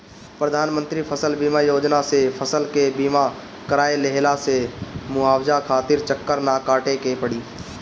प्रधानमंत्री फसल बीमा योजना से फसल के बीमा कराए लेहला से मुआवजा खातिर चक्कर ना काटे के पड़ी